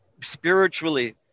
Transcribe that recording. spiritually